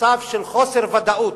במצב של חוסר ודאות.